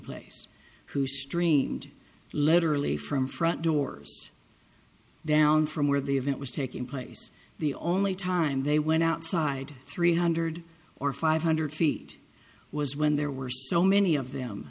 place who streamed literally from front doors down from where the event was taking place the only time they went outside three hundred or five hundred feet was when there were so many of them